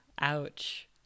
Ouch